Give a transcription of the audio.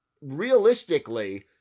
realistically